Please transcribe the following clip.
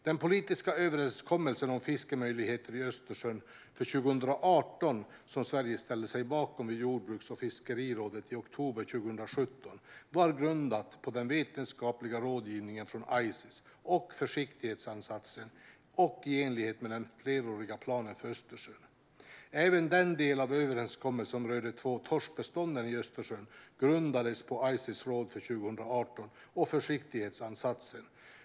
Den politiska överenskommelse om fiskemöjligheter i Östersjön för 2018 som Sverige ställde sig bakom vid jordbruks och fiskerådet i oktober 2017 var grundad på den vetenskapliga rådgivningen från Ices och försiktighetsansatsen och i enlighet med den fleråriga planen för Östersjön. Även den del av överenskommelsen som rör de två torskbestånden i Östersjön grundades på Ices råd för 2018 och försiktighetsansatsen.